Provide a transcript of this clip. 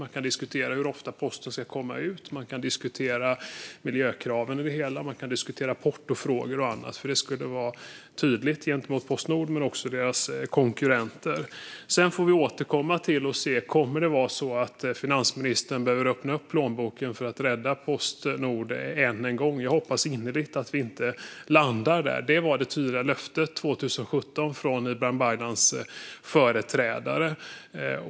Man kan till exempel diskutera hur ofta post ska delas ut, miljökrav och porto. Det skulle vara tydligt mot Postnord och även mot deras konkurrenter. Vi får se om finansministern behöver öppna plånboken för att rädda Postnord ännu en gång. Jag hoppas innerligt att vi inte landar där, för det var det tydliga löftet 2017 från Ibrahim Baylans företrädare.